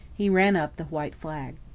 he ran up the white flag.